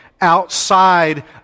outside